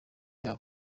yabo